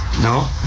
no